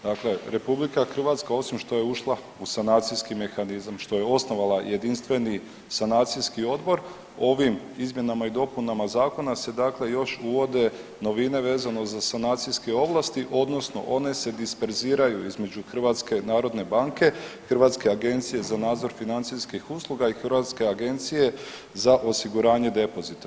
Dakle, Republika Hrvatska osim što je ušla u sanacijski mehanizam, što je osnovala jedinstveni sanacijski odbor ovim izmjenama i dopunama zakona se, dakle još uvode novine vezano za sanacijske ovlasti, odnosno one se disperziraju između Hrvatska narodne banke, Hrvatske agencije za nadzor financijskih usluga i Hrvatske agencije za osiguranje depozita.